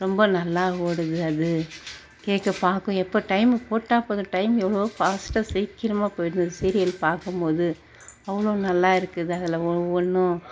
ரொம்ப நல்லா ஓடுது அது கேட்க பார்க்க டைம் எப்போ போட்டால் போதும் டைம் எவ்வளோ ஃபாஸ்டாக சீக்கிரமாக போய்விடுது சீரியல் பார்க்கும் போது அவ்வளோ நல்லாயிருக்குது அதில் ஒவ்வொன்றும்